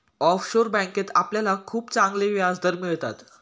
offshore बँकेत आपल्याला खूप चांगले व्याजदर मिळतात